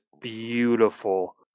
beautiful